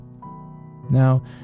Now